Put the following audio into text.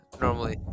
normally